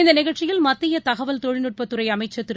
இந்த நிகழ்ச்சியில் மத்திய தகவல் தொழில்நுட்பத் துறை அமைச்சர் திரு